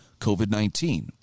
COVID-19